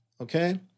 okay